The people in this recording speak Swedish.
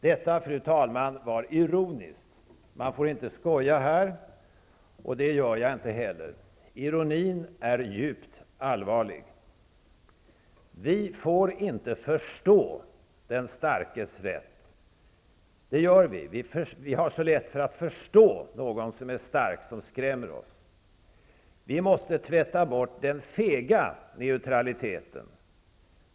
Detta, fru talman, var ironiskt. Man får inte skoja här, och det gör jag inte heller. Ironin är djupt allvarlig. Vi får inte förstå den starkes rätt, men det gör vi. Vi har så lätt för att förstå någon som är stark och skrämmer oss. Vi måste tvätta bort den fega neutraliteten.